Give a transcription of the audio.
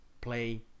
play